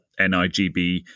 nigb